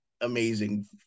amazing